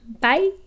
Bye